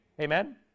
Amen